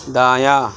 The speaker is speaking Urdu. دایاں